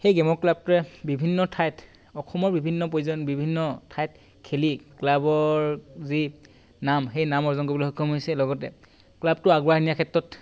সেই গেমৰ ক্লাবটোৱে বিভিন্ন ঠাইত অসমৰ বিভিন্ন পৰ্যায়ত বিভিন্ন ঠাইত খেলি ক্লাবৰ যি নাম সেই নাম অৰ্জন কৰিবলৈ সক্ষম হৈছে লগতে ক্লাবটো আগুৱাই নিয়াৰ ক্ষেত্ৰত